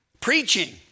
Preaching